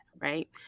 right